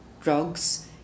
drugs